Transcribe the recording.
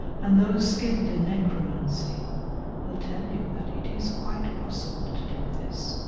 and those skilled in necromancy will tell you that it is quite possible to do this.